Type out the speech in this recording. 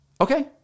Okay